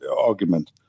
argument